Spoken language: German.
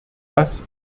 dass